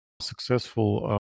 successful